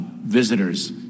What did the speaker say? Visitors